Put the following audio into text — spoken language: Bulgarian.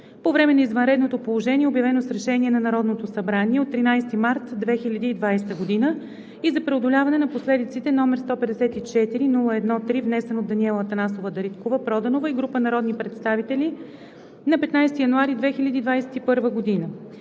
по време на извънредното положение, обявено с решение на Народното събрание от 13 март 2020 г., и за преодоляване на последиците, № 154-01-3, внесен от Даниела Анастасова Дариткова-Проданова и група народни представители на 15 януари 2021 г.